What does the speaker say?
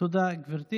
תודה רבה.